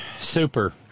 super